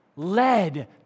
Led